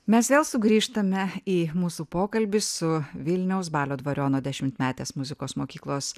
mes vėl sugrįžtame į mūsų pokalbį su vilniaus balio dvariono dešimtmetės muzikos mokyklos